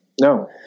No